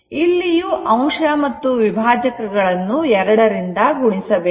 ಇಲ್ಲಿಯೂ ಅಂಶ ಮತ್ತು ವಿಭಾಜಕಗಳನ್ನು2 ದಿಂದ ಗುಣಿಸಬೇಕು